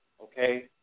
okay